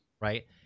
right